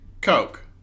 Coke